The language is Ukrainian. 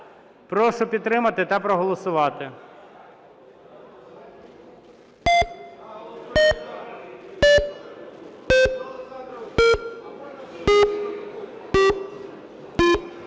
Прошу підтримати та проголосувати.